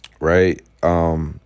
right